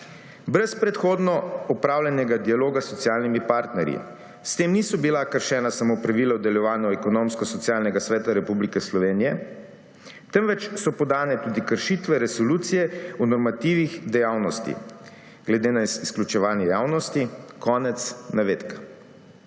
»brez predhodno opravljenega dialoga s socialnimi partnerji; s tem niso bila kršena samo pravila o delovanju Ekonomsko-socialnega sveta Republike Slovenije, temveč so podane tudi kršitve Resolucije o normativni dejavnosti glede na izključevanje javnosti«. Konec navedka.